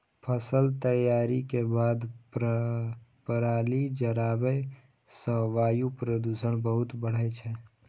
फसल तैयारी के बाद पराली जराबै सं वायु प्रदूषण बहुत बढ़ै छै